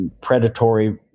predatory